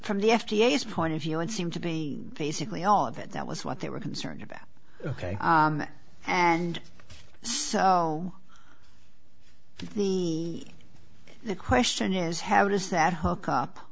from the f d a is point of view and seem to be basically all of it that was what they were concerned about ok and so the the question is how does that hook up